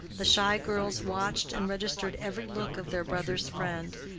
the shy girls watched and registered every look of their brother's friend,